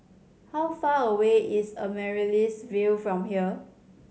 how far away is Amaryllis Ville from here